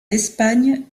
espagne